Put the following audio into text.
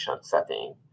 setting